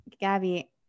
Gabby